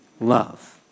love